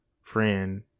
friend